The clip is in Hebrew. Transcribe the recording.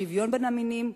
שוויון בין המינים,